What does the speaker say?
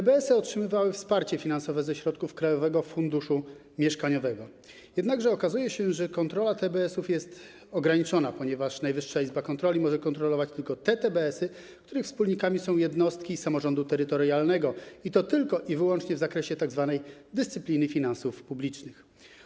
TBS-y otrzymywały wsparcie finansowe ze środków Krajowego Funduszu Mieszkaniowego, jednakże okazuje się, że kontrola TBS-ów jest ograniczona, ponieważ Najwyższa Izba Kontroli może kontrolować tylko te TBS-y, których wspólnikami są jednostki samorządu terytorialnego, i to tylko i wyłącznie w zakresie tzw. dyscypliny finansów publicznych.